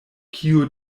kiu